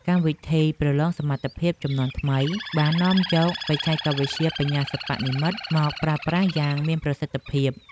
កម្មវិធីប្រឡងសមត្ថភាពជំនាន់ថ្មីបាននាំយកបច្ចេកវិទ្យាបញ្ញាសិប្បនិម្មិតមកប្រើប្រាស់យ៉ាងមានប្រសិទ្ធភាព។